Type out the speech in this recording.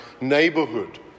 neighborhood